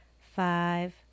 five